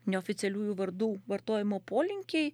neoficialiųjų vardų vartojimo polinkiai